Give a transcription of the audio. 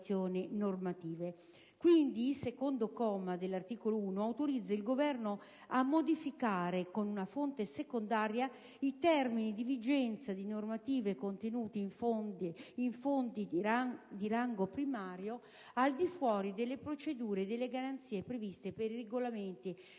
Quindi l'articolo 1, comma 2, autorizza il Governo a modificare, con una fonte secondaria, i termini di vigenza di normative contenute in fonti di rango primario, al di fuori delle procedure e delle garanzie previste per i regolamenti di